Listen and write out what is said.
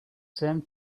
same